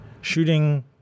shooting